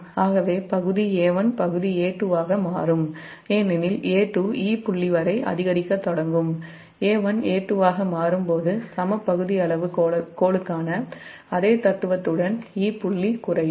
ஆகவே பகுதி A1 பகுதி A2 ஆக மாறும் ஏனெனில் A2 'e' புள்ளி வரை அதிகரிக்கத் தொடங்கும் A1 A2 ஆக மாறும் போது சமபகுதி அளவு கோலுக்கான அதே தத்துவத்துடன் 'e' புள்ளி குறையும்